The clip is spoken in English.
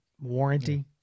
warranty